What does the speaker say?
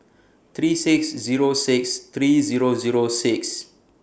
three six Zero six three Zero Zero six